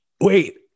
Wait